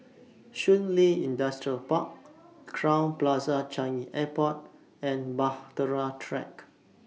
Shun Li Industrial Park Crowne Plaza Changi Airport and Bahtera Track